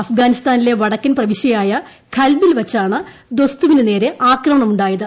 അഫ്ഗാനിസ്ഥാനിലെ വട ക്കൻ പ്രവിശ്യയായ ബൽഖിൽ വച്ചാണ് ദൊസ്തുമിനു നേരെ ആക്രമണമുണ്ടായത്